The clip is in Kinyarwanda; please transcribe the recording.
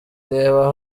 reba